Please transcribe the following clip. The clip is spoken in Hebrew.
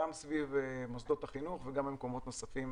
סביב מוסדות החינוך וגם במקומות נוספים